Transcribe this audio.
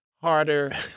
harder